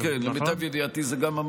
נכון, כן, כן, למיטב ידיעתי זה המצב.